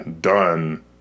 done